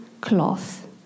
cloth